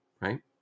right